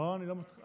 לא, אני לא מתחיל.